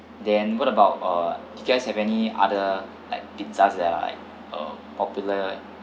then what about uh you guys have any other like pizzas right uh popular